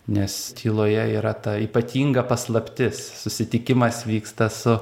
nes tyloje yra ta ypatinga paslaptis susitikimas vyksta su